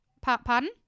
Pardon